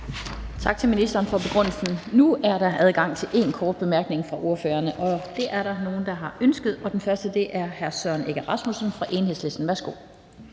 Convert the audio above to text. Tak til ministeren for besvarelsen. Nu er der adgang til en kort bemærkning fra ordførerne, og det er der nogle der har ønsket. Den første er hr. Søren Egge Rasmussen fra Enhedslisten. Værsgo.